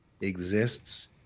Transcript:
exists